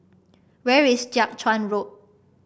where is Jiak Chuan Road